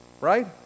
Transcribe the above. right